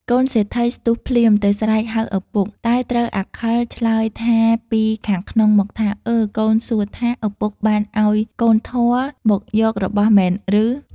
កូនសេដ្ធីស្ទុះភ្លាមទៅស្រែកហៅឪពុក តែត្រូវអាខិលឆ្លើយថាពីខាងក្នុងមកថា “អើ! ”កូនសួរថា “ឪពុកបានឱ្យកូនធម៌មកយករបស់មែនឬ?” ។